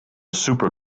super